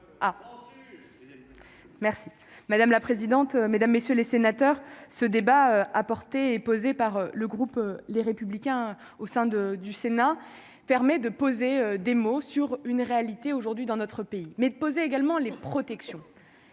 madame la présidente, mesdames, messieurs les sénateurs, ce débat a porté, posée par le groupe, les républicains au sein de du Sénat permet de poser des mots sur une réalité aujourd'hui dans notre pays mais poser également les protections.